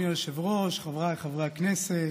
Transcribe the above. אדוני היושב-ראש, חבריי חברי הכנסת,